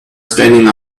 standing